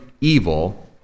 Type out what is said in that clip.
evil